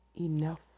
Enough